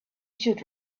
should